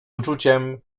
uczuciem